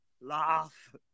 Laugh